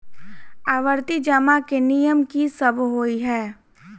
आवर्ती जमा केँ नियम की सब होइ है?